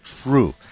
true